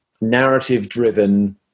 narrative-driven